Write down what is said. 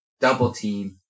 double-team